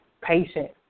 patient